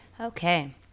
Okay